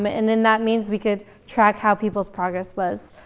but and then that means we could track how people's progress was.